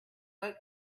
book